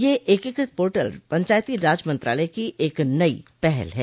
यह एकीकृत पोर्टल पंचायती राज मंत्रालय की एक नई पहल है